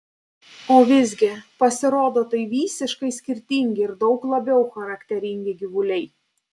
o visgi pasirodo tai visiškai skirtingi ir daug labiau charakteringi gyvuliai